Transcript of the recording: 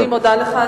אני מודה לך.